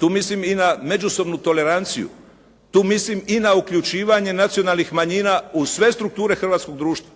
tu mislim i na međusobnu toleranciju, tu mislim i na uključivanje nacionalnih manjina u sve strukture hrvatskog društva,